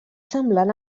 semblant